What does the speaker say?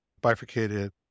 bifurcated